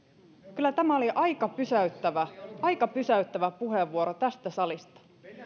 kyllä tämä oli aika pysäyttävä aika pysäyttävä puheenvuoro tästä salista